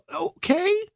Okay